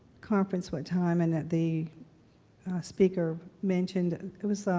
conference one time, and the speaker mentioned he was